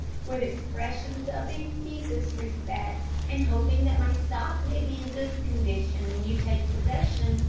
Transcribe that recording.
with expressions of the deepest respect, and hoping that my stock may be in good condition when you take possession,